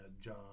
John